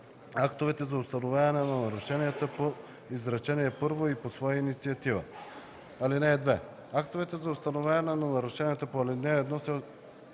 актовете за установяване на нарушенията по изречение първо и по своя инициатива. (2) Актовете за установяване на нарушенията по ал. 1 се